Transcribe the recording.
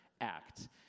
act